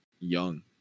young